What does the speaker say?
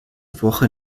woche